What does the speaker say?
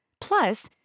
Plus